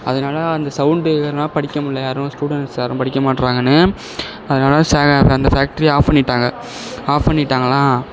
அதனால் அந்த சவுண்டு ஏறுனா படிக்கமுல்ல யாரும் ஸ்டூடெண்ட்ஸ் யாரும் படிக்கமாட்றாங்கன்னு அதனால் அந்த ஃபேக்டரியை ஆஃப் பண்ணிவிட்டாங்க ஆஃப் பண்ணிவிட்டாங்கனா